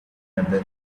another